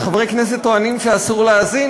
לחברי כנסת טוענים שאסור להאזין,